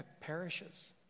perishes